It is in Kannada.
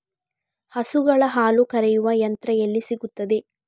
ಹಸುಗಳ ಹಾಲು ಕರೆಯುವ ಯಂತ್ರ ಎಲ್ಲಿ ಸಿಗುತ್ತದೆ?